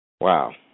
Wow